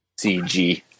CG